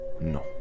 No